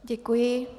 Děkuji.